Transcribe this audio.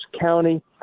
County